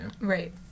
Right